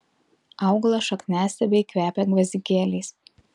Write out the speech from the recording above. augalo šakniastiebiai kvepia gvazdikėliais